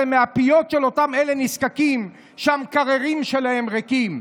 מהפיות של אותם הנזקקים האלה שהמקררים שלהם ריקים.